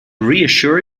reassure